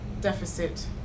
deficit